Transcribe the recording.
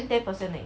then ten percent 而已